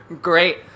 great